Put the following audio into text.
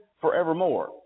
forevermore